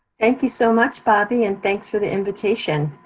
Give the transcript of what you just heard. thank you so much, bobbi, and thanks for the invitation.